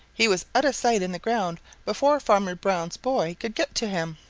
he was out of sight in the ground before farmer brown's boy could get to him.